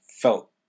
felt